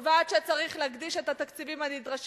קובעת שצריך להקדיש את התקציבים הנדרשים